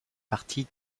partie